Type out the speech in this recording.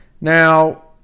now